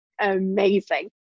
amazing